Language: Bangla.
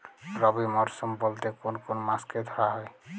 রবি মরশুম বলতে কোন কোন মাসকে ধরা হয়?